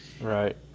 Right